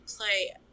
play